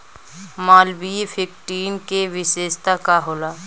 Malviya fifteen के विशेषता का होला?